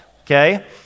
okay